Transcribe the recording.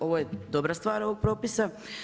Ovo je dobra stvar ovog propisa.